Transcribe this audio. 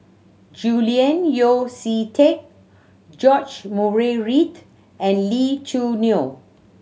Julian Yeo See Teck George Murray Reith and Lee Choo Neo